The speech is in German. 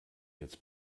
jetzt